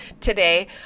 today